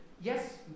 yes